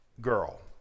girl